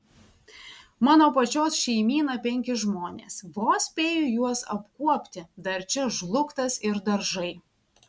mano pačios šeimyna penki žmonės vos spėju juos apkuopti dar čia žlugtas ir daržai